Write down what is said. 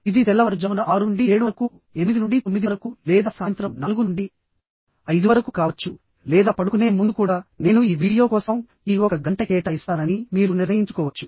ఇది తెల్లవారుజామున 6 నుండి 7 వరకు 8 నుండి 9 వరకు లేదా సాయంత్రం 4 నుండి 5 వరకు కావచ్చు లేదా పడుకునే ముందు కూడా నేను ఈ వీడియో కోసం ఈ ఒక గంట కేటాయిస్తానని మీరు నిర్ణయించుకోవచ్చు